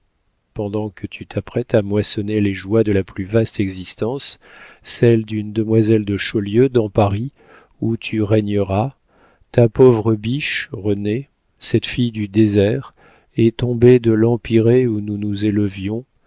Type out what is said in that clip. pendant que tu t'apprêtes à moissonner les joies de la plus vaste existence celle d'une demoiselle de chaulieu dans paris où tu régneras ta pauvre biche renée cette fille du désert est tombée de l'empyrée où nous nous élevions